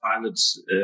Pilots